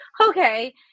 okay